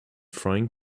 frying